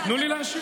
תנו לי להשיב,